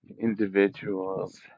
individuals